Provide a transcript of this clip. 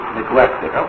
neglected